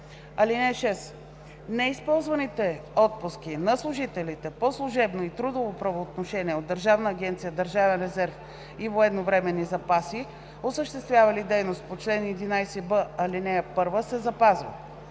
данък. (6) Неизползваните отпуски на служителите по служебно и трудово правоотношение от Държавна агенция „Държавен резерв и военновременни запаси“, осъществявали дейности по чл. 11б, ал. 1, се запазват.